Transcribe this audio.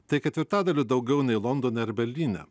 tai ketvirtadaliu daugiau nei londone ar berlyne